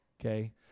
okay